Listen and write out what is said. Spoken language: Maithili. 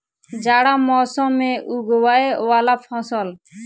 जाड़ा मौसम मे उगवय वला फसल?